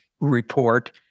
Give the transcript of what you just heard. report